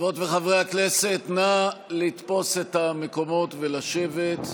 חברות וחברי הכנסת, נא לתפוס את המקומות ולשבת.